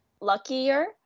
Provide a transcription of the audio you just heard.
luckier